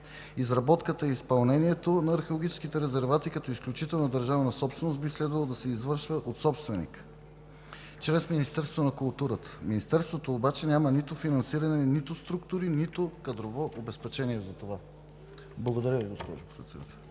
Изработката и изпълнението на археологическите резервати като изключителна държавна собственост би следвало да се извършва от собственика чрез Министерството на културата. Министерството обаче няма нито финансиране, нито структури, нито кадрово обезпечение за това. Благодаря Ви, госпожо Председател.